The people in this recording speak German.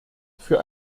für